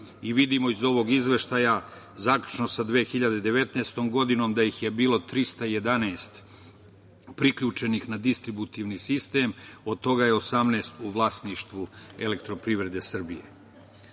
i vidimo iz ovog izveštaja, zaključno sa 2019. godinom da ih je bilo 311 priključenih na distributivni sistem. Od toga je 18 u vlasništvu EPS.Svesno većih